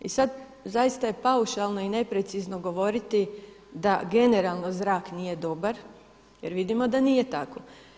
I sada zaista je paušalno i neprecizno govoriti da generalno zrak nije dobar jer vidimo da nije tako.